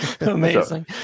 Amazing